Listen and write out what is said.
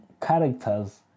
characters